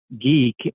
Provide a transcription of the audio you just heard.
geek